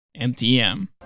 MTM